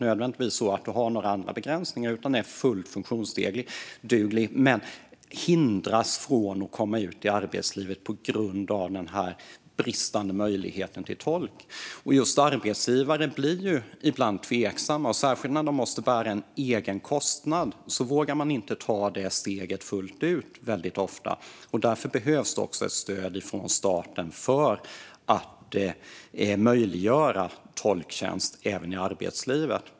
Man är fullt funktionsduglig men hindras från att komma ut i arbetslivet på grund av den bristande möjligheten att få tolk. Arbetsgivare blir ju ibland tveksamma - särskilt när de måste bära en egen kostnad vågar de väldigt ofta inte ta steget fullt ut. Därför behövs det stöd från staten för att möjliggöra tolktjänst även i arbetslivet.